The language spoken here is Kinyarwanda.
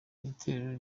itorero